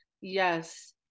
Yes